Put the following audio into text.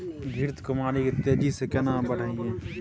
घृत कुमारी के तेजी से केना बढईये?